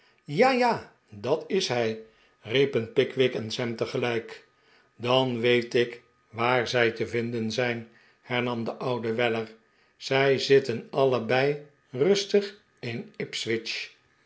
ja ja dat is hij riepen pickwick en sam tegelijk dan weet ik waar zij te vinden zijn hernam de oude weller zij zitten allebei rustig in